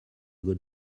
good